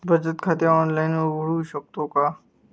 बचत खाते ऑनलाइन उघडू शकतो का?